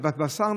בבשר,